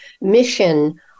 mission